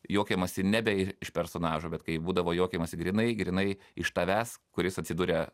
juokiamasi nebe iš personažų bet kai būdavo juokiamasi grynai grynai iš tavęs kuris atsiduria